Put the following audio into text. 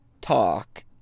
talk